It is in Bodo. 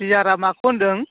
बियारा माखौ होनदों